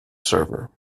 server